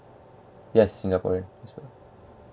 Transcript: yes singaporean as well